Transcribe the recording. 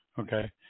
Okay